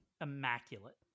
immaculate